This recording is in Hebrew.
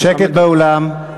שקט באולם.